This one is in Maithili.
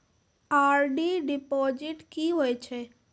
आर.डी डिपॉजिट की होय छै?